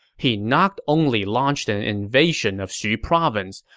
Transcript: he not only launched an invasion of xu province,